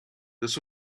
this